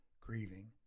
Grieving